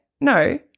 no